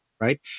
Right